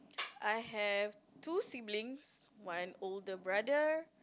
I have two siblings one older brother